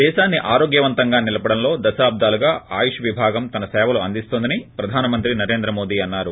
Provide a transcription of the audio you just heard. దేశాన్ని ఆరోగ్య వంతంగా నిలపడంలో దశాబ్దాలుగా ఆయుష్ విభాగం తన సేవలు అందిస్తోందని ప్రధాన మంత్రి నరేంద్ర మోదీ అన్నారు